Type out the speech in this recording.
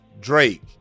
Drake